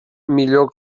millor